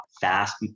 fast